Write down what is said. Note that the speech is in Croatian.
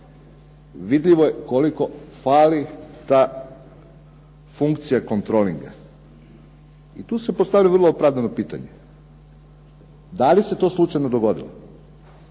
vidljivo je koliko fali ta funkcija kontrolinga. I tu se postavlja vrlo opravdano pitanje. Da li se to slučajno dogodilo?